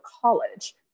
college